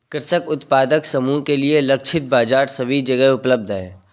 कृषक उत्पादक समूह के लिए लक्षित बाजार सभी जगह उपलब्ध है